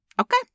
Okay